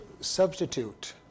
substitute